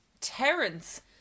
Terence